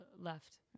left